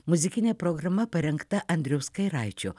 muzikinė programa parengta andriaus kairaičio